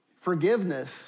Forgiveness